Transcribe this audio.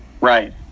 Right